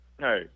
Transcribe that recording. hey